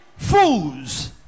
Fools